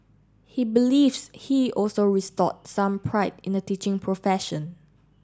he believes he also restored some pride in the teaching profession